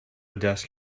desk